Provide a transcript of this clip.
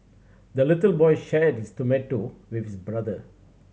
the little boy shared his tomato with his brother